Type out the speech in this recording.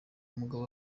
mugabo